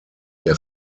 der